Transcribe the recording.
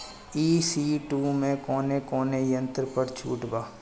ई.सी टू मै कौने कौने यंत्र पर छुट बा?